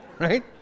right